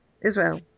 Israel